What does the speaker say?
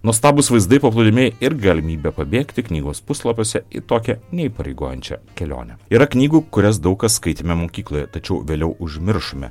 nuostabūs vaizdai paplūdimiai ir galimybė pabėgti knygos puslapiuose į tokią neįpareigojančią kelionę yra knygų kurias daug kas skaitėme mokykloje tačiau vėliau užmiršome